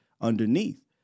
underneath